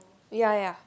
ya ya